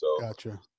Gotcha